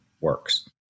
works